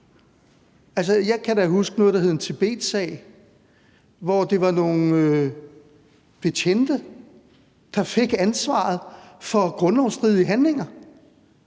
Jeg kan da huske noget, der hed en Tibetsag, hvor det var nogle betjente, der fik ansvaret for grundlovsstridige handlinger,